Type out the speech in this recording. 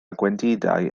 gwendidau